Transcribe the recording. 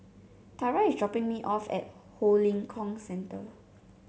Tara is dropping me off at Ho Lim Kong Centre